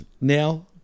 now